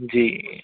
जी